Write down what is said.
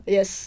Yes